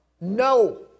No